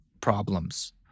problems